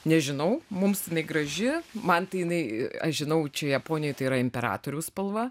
nežinau mums jinai graži man tai jinai aš žinau čia japonijoj tai yra imperatoriaus spalva